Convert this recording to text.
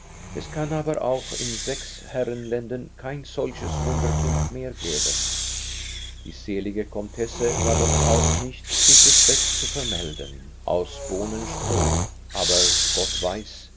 es kann aber auch in sechs herrenländern kein solches wunderkind mehr geben die selige komtesse war doch auch nicht mit respekt zu vermelden aus bohnenstroh aber gott weiß